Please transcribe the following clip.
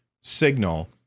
signal